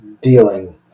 dealing